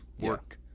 work